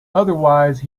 otherwise